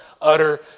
utter